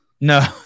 No